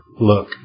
look